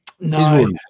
No